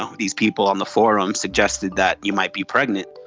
um these people on the forum suggested that you might be pregnant.